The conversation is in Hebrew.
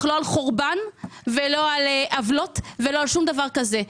לא על חורבן ולא על עוולות ולא שום דבר כזה.